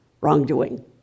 wrongdoing